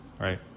right